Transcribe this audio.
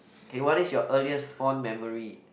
okay what is your earliest fond memory